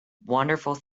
wonderful